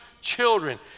children